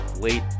late